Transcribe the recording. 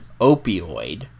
opioid